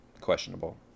questionable